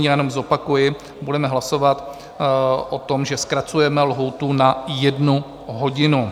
Jenom zopakuji, budeme hlasovat o tom, že zkracujeme lhůtu na jednu hodinu.